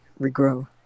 regrow